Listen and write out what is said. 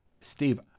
Steve